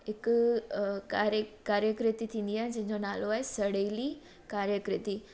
हिकु कार्ये कार्यकृति थींदी आहे जंहिंजो नालो आहे सड़ेली कार्यकृति